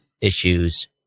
issues